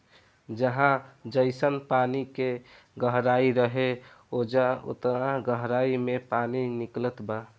जहाँ जइसन पानी के गहराई रहे, ओइजा ओतना गहराई मे पानी निकलत बा